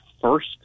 first